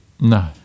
No